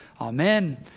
Amen